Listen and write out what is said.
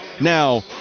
Now